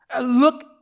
Look